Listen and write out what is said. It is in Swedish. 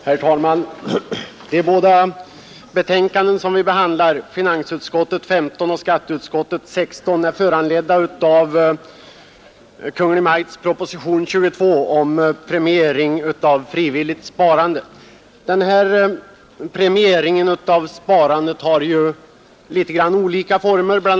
Herr talman! De båda betänkanden som vi behandlar, finansutskottets betänkande nr 15 och skatteutskottets nr 16, är föranledda av Kungl. Maj:ts proposition nr 22 om premiering av frivilligt sparande. Denna premiering av sparandet har ju litet olika former. Bl.